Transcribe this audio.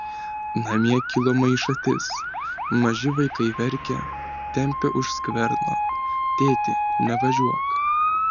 namie kilo maišatis maži vaikai verkia tempia už skverno tėti nevažiuok